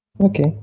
okay